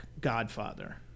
godfather